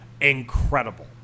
incredible